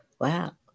Wow